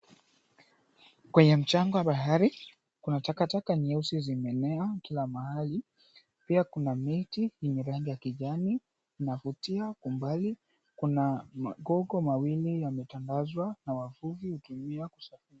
Kwenye mchanga wa bahari kuna takataka nyeusi zimeenea kila mahali pia kuna miti yenye rangi ya kijani inavutia kwa mbali, kuna makoko mawili yametandazwa na wavuvi hutumia kusafiri.